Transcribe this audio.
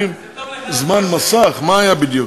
אני לא מבין למה נותנים, תמיד צריך להעלות להודיע.